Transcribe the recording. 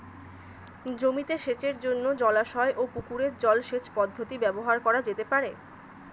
জমিতে সেচের জন্য জলাশয় ও পুকুরের জল সেচ পদ্ধতি ব্যবহার করা যেতে পারে?